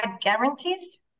guarantees